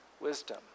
wisdom